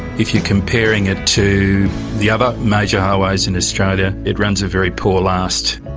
if you're comparing it to the other major highways in australia, it runs a very poor last.